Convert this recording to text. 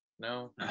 No